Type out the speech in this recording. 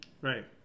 Right